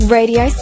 Radio